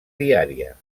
diària